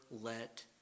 let